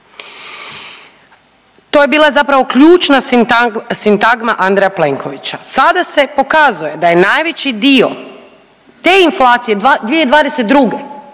To je bila zapravo ključna sintagma Andreja Plenkovića. Sada se pokazuje da je najveći dio te inflacije 2022.